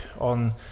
on